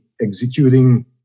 executing